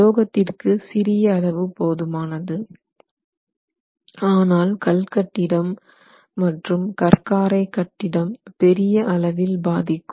உலோகத்திற்கு சிறிய அளவு போதுமானது ஆனால் கல் கட்டிடம் மற்றும் கற் காரை கட்டிடம் பெரிய அளவில் பாதிக்கும்